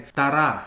tara